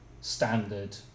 standard